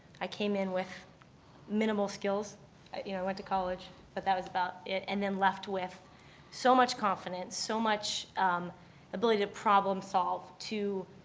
i came in with minimal skills you know, i went to college, but that was about it and then left with so much confidence, so much ability to problem solve, to